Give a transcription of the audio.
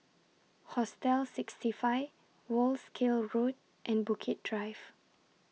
Hostel sixty five Wolskel Road and Bukit Drive